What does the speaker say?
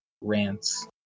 rants